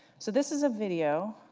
so this is a video,